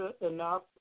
enough